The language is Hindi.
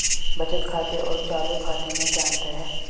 बचत खाते और चालू खाते में क्या अंतर है?